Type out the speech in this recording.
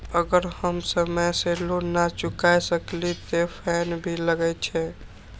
अगर हम समय से लोन ना चुकाए सकलिए ते फैन भी लगे छै?